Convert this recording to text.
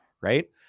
right